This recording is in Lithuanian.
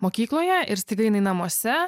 mokykloje ir staiga jinai namuose